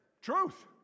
truth